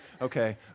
Okay